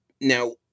Now